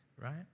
right